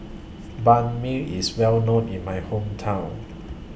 Banh MI IS Well known in My Hometown